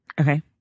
Okay